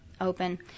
open